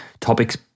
Topics